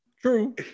true